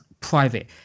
private